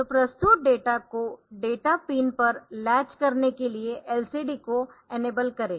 तो प्रस्तुत डाटा को डाटा पिन पर लैच करने के लिए LCD को इनेबल करें